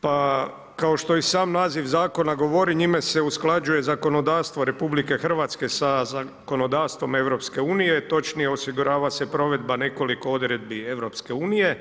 Pa kao što i sam naziv zakona govori njime se usklađuje zakonodavstvo RH sa zakonodavstvom EU, točnije osigurava se provedba nekoliko odredbi EU.